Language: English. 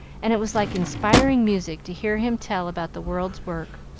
and it was like inspiring music to hear him tell about the world's work,